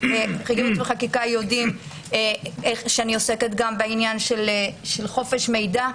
-- שאני עוסקת גם בעניין חופש מידע,